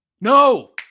No